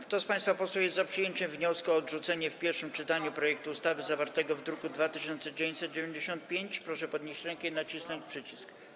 Kto z państwa posłów jest za przyjęciem wniosku o odrzucenie w pierwszym czytaniu projektu ustawy zawartego w druku nr 2995, proszę podnieść rękę i nacisnąć przycisk.